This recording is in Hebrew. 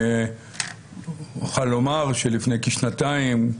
אני אוכל לומר שלפני כשנתיים,